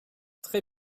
très